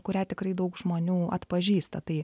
kurią tikrai daug žmonių atpažįsta tai